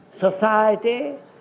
Society